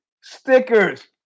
stickers